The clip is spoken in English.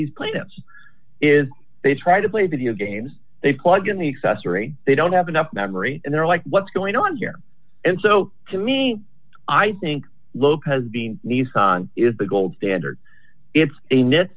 these plans is they try to play video games they plug in the accessory they don't have enough memory and they're like what's going on here and so to me i think lopez being nice is the gold standard it's a